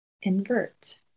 invert